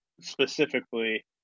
specifically